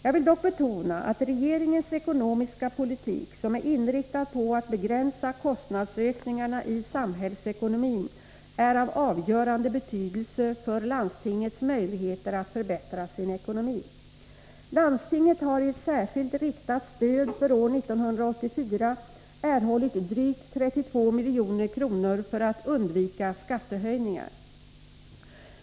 Jag vill dock betona att regeringens ekonomiska politik, som är inriktad på att begränsa kostnadsökningarna i samhällsekonomin, är av avgörande betydelse för landstingets möjligheter att förbättra sin ekonomi. Landstinget har i ett särskilt riktat stöd för år 1984 erhållit drygt 32 milj.kr. för att undvika skattehöjningar.